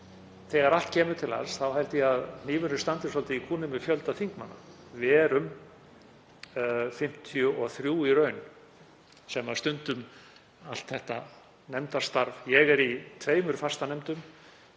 þegar allt kemur til alls þá held ég að hnífurinn standi svolítið í kúnni með fjölda þingmanna. Við erum 53 í raun sem stundum allt þetta nefndarstarf. Ég er í tveimur fastanefndum,